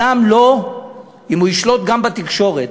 אם הוא ישלוט גם בתקשורת,